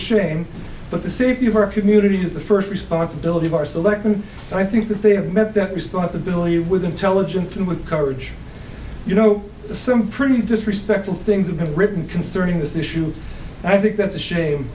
shame but the safety of our community is the first responsibility of our selection and i think that they have met that responsibility with intelligence and with courage you know some pretty disrespectful things and have written concerning this issue and i think that's a shame